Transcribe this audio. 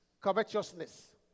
covetousness